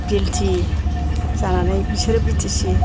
बिएलथि जानानै बिसोरो बितिसि